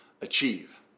achieve